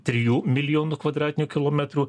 trijų milijonų kvadratinių kilometrų